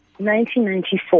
1994